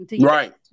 Right